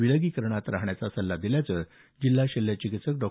विलगीकरणात राहण्याचा सल्ला दिल्याचं जिल्हा शल्य चिकित्सक डॉ